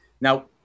Now